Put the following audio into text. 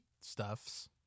stuffs